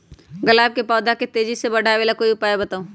गुलाब के पौधा के तेजी से बढ़ावे ला कोई उपाये बताउ?